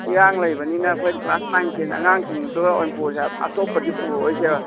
ꯏꯔꯥꯡ ꯂꯩꯕꯅꯤꯅ ꯍꯣꯏ ꯀ꯭ꯂꯥꯁ ꯅꯥꯏꯟ ꯇꯦꯟ ꯑꯉꯥꯡꯁꯤꯡꯗꯨ ꯑꯣꯏꯅ ꯄꯨꯔꯁꯦ ꯑꯇꯣꯞꯄꯗꯤ ꯄꯨꯔꯔꯣꯏꯁꯦꯕ